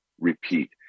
repeat